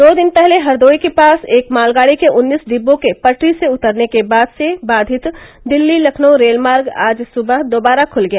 दो दिन पहले हरदोई के पास एक मालगाड़ी के उन्नीस डिब्बों के पटरी से उतरने के बाद से बाधित दिल्ली लखनऊ रेलमार्ग आज सुबह दोबारा खुल गया